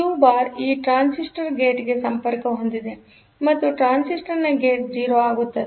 Q bar ಈ transistor ಗೇಟ್ಗೆ ಸಂಪರ್ಕ ಹೊಂದಿದೆಮತ್ತು ಟ್ರಾನ್ಸಿಸ್ಟರ್ನ ಗೇಟ್ 0 ಆಗುತ್ತದೆ